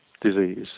disease